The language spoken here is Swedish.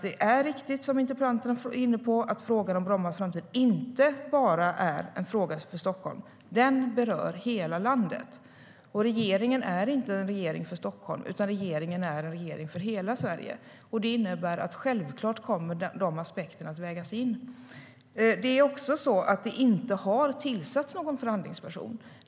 Jag sade att det, som interpellanterna är inne på, är riktigt att frågan om Brommas framtid inte bara är en fråga för Stockholm utan berör hela landet. Regeringen är inte en regering för Stockholm, utan vi är en regering för hela Sverige. Det innebär att de aspekterna självklart kommer att läggas in. Det är också så att det inte har tillsatts någon förhandlingsperson.